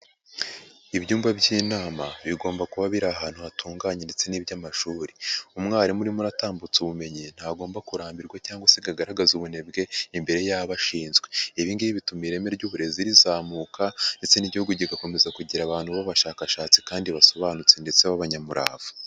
Ibyumba by'inama bigomba kuba biri ahantu hatunganye ndetse n'iby'amashuri. Umwarimu urimo uratambutsa ubumenyi, ntagomba kurambirwa cyangwa se ngo agaragaze ubunebwe, imbere y'abo ashinzwe. Ibi ngibi bituma ireme ry'uburezi rizamuka, ndetse n'Igihugu kigakomeza kugira abantu b'abashakashatsi kandi basobanutse ndetse b'abanyamurava.